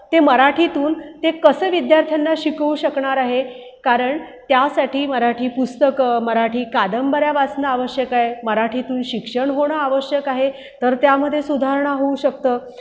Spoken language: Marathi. ते मराठीतून ते कसं विद्यार्थ्यांना शिकवू शकणार आहे कारण त्यासाठी मराठी पुस्तकं मराठी कादंबऱ्या वाचणं आवश्यक आहे मराठीतून शिक्षण होणं आवश्यक आहे तर त्यामध्ये सुधारणा होऊ शकतं